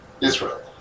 Israel